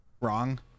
wrong